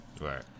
right